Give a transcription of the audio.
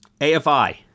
AFI